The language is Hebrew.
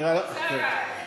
עד שיגיע שר, אתה לא מוגבל בזמן.